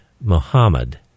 Muhammad